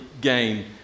gain